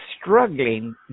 struggling